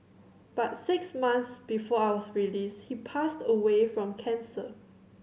but six months before I was released he passed away from cancer